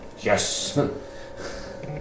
Yes